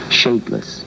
shapeless